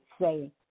say